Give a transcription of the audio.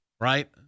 Right